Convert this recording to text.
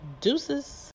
deuces